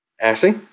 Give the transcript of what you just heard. Ashley